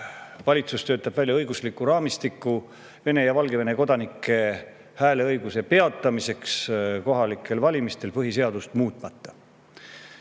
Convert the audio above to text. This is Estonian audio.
valitsus töötab välja õigusliku raamistiku Vene ja Valgevene kodanike hääleõiguse peatamiseks kohalikel valimistel põhiseadust muutmata.